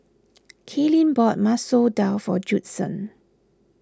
Kylene bought Masoor Dal for Judson